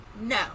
No